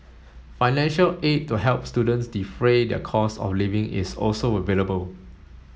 financial aid to help students defray their costs of living is also available